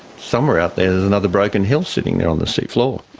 somewhere out there there's another broken hill sitting there on the seafloor.